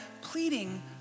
pleading